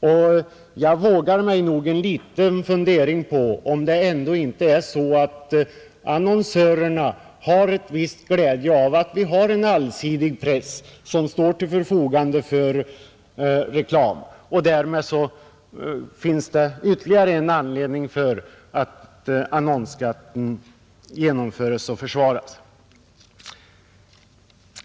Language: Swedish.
Och jag vågar mig på en liten fundering om det ändå inte är så att annonsörerna har en viss glädje av att det finns en allsidig press som står till förfogande för reklam. Därmed finns det ytterligare anledning att annonsskatten genomföres och försvaras.